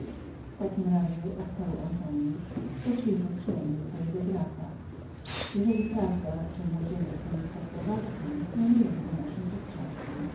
w takim razie odparł antonius poślijmy przynajmniej brata jeżeli prawda że młodzieniec ten jest tak powabnym mianujemy go naszym podczaszym